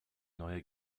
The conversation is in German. neuer